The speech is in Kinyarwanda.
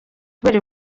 kubera